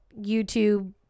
YouTube